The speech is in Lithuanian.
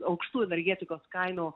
aukštų energetikos kainų